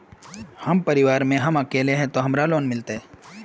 हम परिवार में हम अकेले है ते हमरा लोन मिलते?